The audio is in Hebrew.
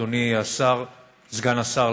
אדוני סגן השר,